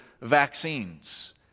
vaccines